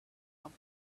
off